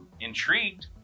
intrigued